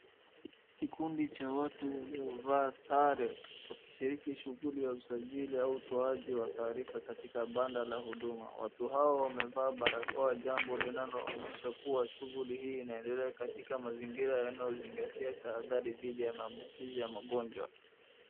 Kikundi cha watu waliovaa sare wakishiriki shughuli ya usajili au utoaji wa taarifa katika banda la huduma . Watu hao wamevaa barakoa jambo linaloonyesha kuwa shughuli hi inaendelea katika mazingira yannayozingatia tadhari dhidi ya maambukizi ya magonjwa.